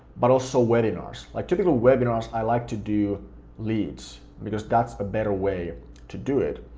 but also webinars, like typical webinars i like to do leads, because that's a better way to do it.